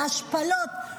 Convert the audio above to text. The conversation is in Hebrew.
ההשפלות.